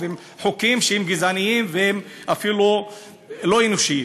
ועם חוקים שהם גזעניים והם אפילו לא אנושיים.